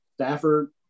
Stafford